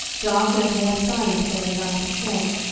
darker and more silent than the night itself,